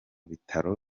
bitaro